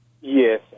Yes